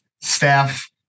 staff